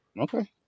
Okay